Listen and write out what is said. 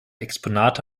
exponate